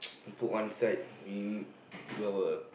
put one side we do our